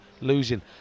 losing